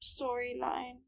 storyline